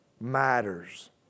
matters